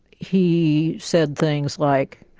he said things like,